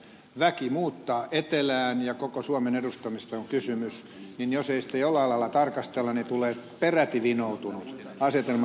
kun väki muuttaa etelään ja koko suomen edustamisesta on kysymys niin jos ei sitä jollain lailla tarkastella niin tulee peräti vinoutunut asetelma